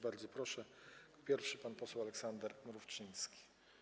Bardzo proszę, pierwszy pan poseł Aleksander Mrówczyński.